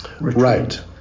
Right